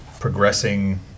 Progressing